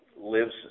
lives